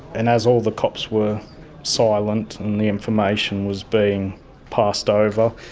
and as all the cops were silent and the information was being passed over,